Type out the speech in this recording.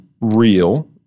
real